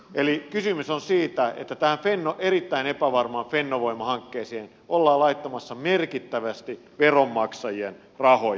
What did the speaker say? eli kysymys on siitä että tähän erittäin epävarmaan fennovoima hankkeeseen ollaan laittamassa merkittävästi veronmaksajien rahoja